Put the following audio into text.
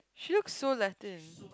she looks so Latin